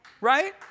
right